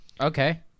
Okay